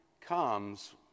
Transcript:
comes